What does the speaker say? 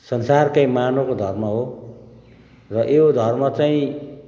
संसारकै मानवको धर्म हो र यो धर्म चाहिँ